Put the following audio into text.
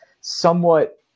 somewhat